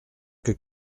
que